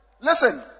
Listen